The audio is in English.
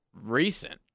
recent